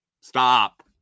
Stop